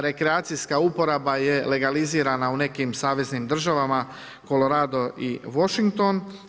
Rekreacijska uporaba je legalizirana u nekim saveznim državama Colorado i Washington.